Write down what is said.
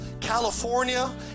California